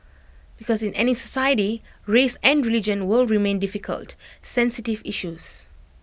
because in any society race and religion will remain difficult sensitive issues